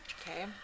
Okay